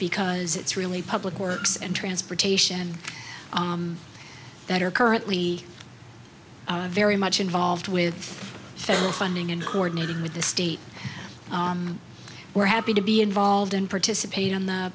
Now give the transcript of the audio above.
because it's really public works and transportation that are currently very much involved with federal funding and coordinating with the state we're happy to be involved and participate on the